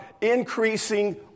increasing